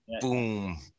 boom